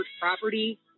property